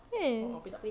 eh